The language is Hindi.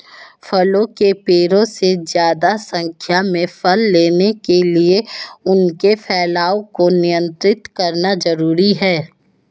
फलों के पेड़ों से ज्यादा संख्या में फल लेने के लिए उनके फैलाव को नयन्त्रित करना जरुरी है